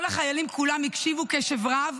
כל החיילים כולם הקשיבו קשב רב,